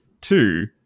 two